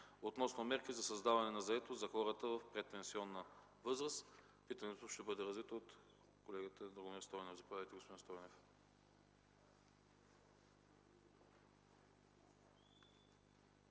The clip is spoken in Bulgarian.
относно мерки за създаване на заетост за хората в предпенсионна възраст. Питането ще бъде развито от колегата Драгомир Стойнев. Заповядайте, господин Стойнев.